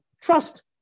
trust